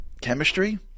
Chemistry